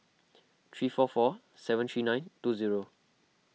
three four four seven three nine two zero